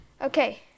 Okay